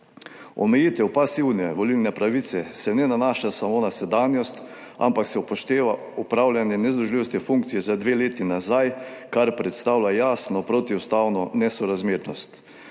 Omejitev pasivne volilne pravice se ne nanaša samo na sedanjost, ampak se upošteva opravljanje nezdružljivosti funkcije za dve leti nazaj, kar predstavlja jasno protiustavno nesorazmernost.